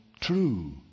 true